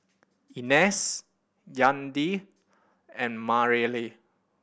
Inez Yadiel and Marely